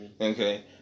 Okay